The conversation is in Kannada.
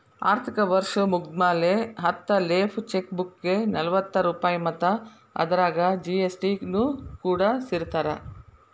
ಆರ್ಥಿಕ ವರ್ಷ್ ಮುಗ್ದ್ಮ್ಯಾಲೆ ಹತ್ತ ಲೇಫ್ ಚೆಕ್ ಬುಕ್ಗೆ ನಲವತ್ತ ರೂಪಾಯ್ ಮತ್ತ ಅದರಾಗ ಜಿ.ಎಸ್.ಟಿ ನು ಕೂಡಸಿರತಾರ